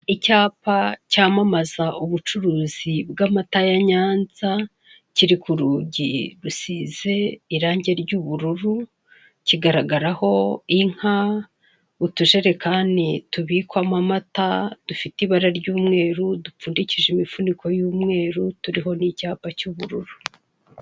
Icyapa cyamamaza ubucuruzi bw'amata ya Nyanza, kiri ku rugi rusize irange ry'ubururu; kigaragaraho: inka, utujerekani tubikwamo amata dufite ibara ry'umweru, dupfundikije imifuniko y'umweru, turiho n'icyapa cy'ubururu.